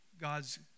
God's